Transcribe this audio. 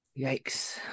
Yikes